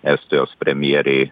estijos premjerei